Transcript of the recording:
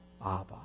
Abba